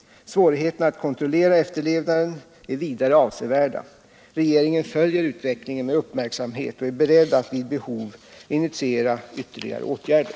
Svårigheterna att kontrollera efterlevnaden är vidare avsevärda. Regeringen följer utvecklingen med uppmärksamhet och är beredd att vid behov initiera ytterligare åtgärder.